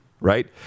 right